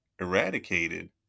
eradicated